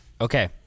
Okay